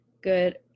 good